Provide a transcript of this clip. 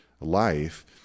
life